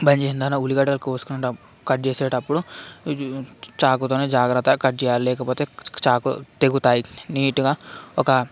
బంద్ చేసిన తర్వాత ఉల్లిగడ్డలు కోసుకుంటాం కట్ చేసేటప్పుడు చాకుతో జాగ్రత్తగా కట్ చేయాలి లేకపోతే చాకు తెగుతాయి నీటుగా ఒక